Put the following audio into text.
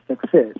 success